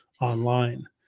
online